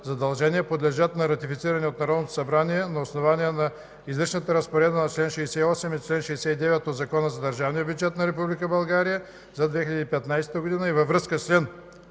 задължения подлежат на ратифициране от Народното събрание на основание на изричната разпоредба на чл. 68 и чл. 69 от Закона за държавния бюджет на Република България за 2015 г. и във връзка с чл.